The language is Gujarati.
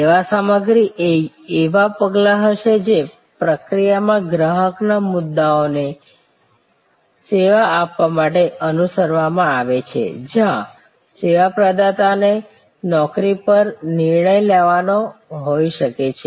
સેવા સામગ્રી એ એવા પગલાં હશે જે પ્રક્રિયામાં ગ્રાહકના મુદ્દાઓને સેવા આપવા માટે અનુસરવામાં આવે છે જ્યાં સેવા પ્રદાતાએ નોકરી પર નિર્ણય લેવાનો હોય શકે છે